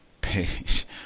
page